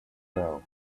now